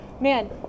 man